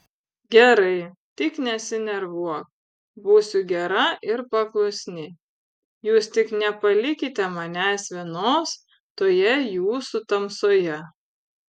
gerai tik nesinervuok būsiu gera ir paklusni jūs tik nepalikite manęs vienos toje jūsų tamsoje